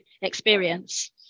experience